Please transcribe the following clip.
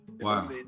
wow